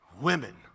Women